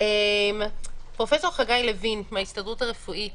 האם אנחנו מצליחים לקיים בידוד יעיל לחולים בקורונה?